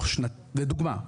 לדוגמה,